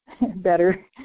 better